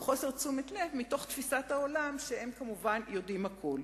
מחוסר תשומת לב מתוך תפיסת העולם שהם כמובן יודעים הכול.